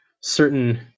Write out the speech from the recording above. certain